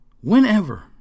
Whenever